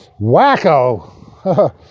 wacko